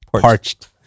parched